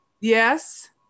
Yes